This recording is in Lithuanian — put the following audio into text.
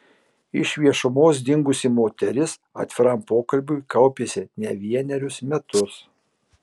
iš viešumos dingusi moteris atviram pokalbiui kaupėsi ne vienerius metus